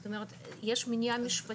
זאת אומרת יש מנין משפטי,